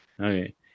okay